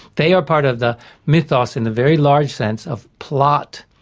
they are part of the mythos in the very large sense of plot,